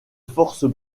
forces